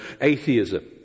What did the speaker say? atheism